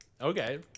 Okay